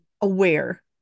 aware